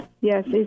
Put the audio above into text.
yes